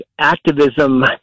activism